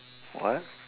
what